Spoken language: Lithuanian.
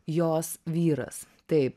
jos vyras taip